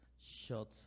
short